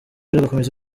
igakomeza